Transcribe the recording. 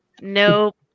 Nope